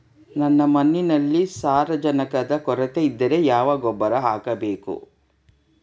ನನ್ನ ಮಣ್ಣಿನಲ್ಲಿ ಸಾರಜನಕದ ಕೊರತೆ ಇದ್ದರೆ ಯಾವ ಗೊಬ್ಬರ ಹಾಕಬೇಕು?